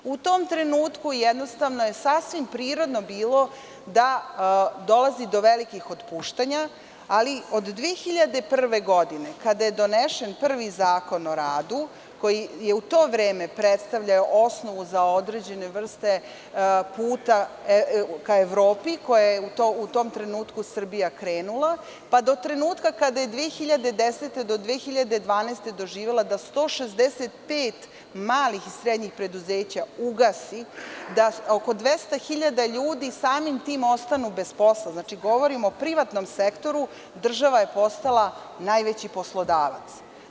U tom trenutku je sasvim prirodno bilo da dolazi do velikih otpuštanja, ali od 2001. godine kada je donesen prvi Zakon o radu, koji je u to vreme predstavljao osnovu za određene vrste puta ka Evropi, kojim je u tom trenutku Srbija krenula, pa do trenutka kada je 2010. do 2012. godine doživela da 165 malih i srednjih preduzeća ugasi, da oko 200.000 ljudi samim tim ostanu bez posla, znači, govorim o privatnom sektoru, država je postala najveći poslodavac.